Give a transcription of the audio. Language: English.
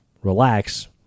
relax